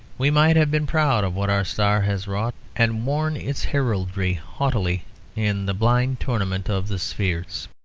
we might have been proud of what our star has wrought, and worn its heraldry haughtily in the blind tournament of the spheres.